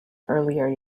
earlier